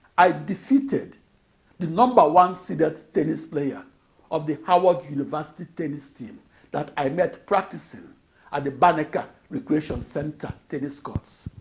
i defeated the number one seeded tennis player of the howard university tennis team that i met practicing at the banneker recreation center tennis courts.